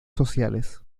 sociales